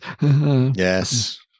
Yes